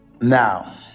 Now